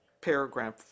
paragraph